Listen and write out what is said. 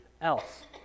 else